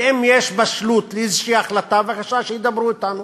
ואם יש בשלות לאיזו החלטה, בבקשה, שידברו אתנו.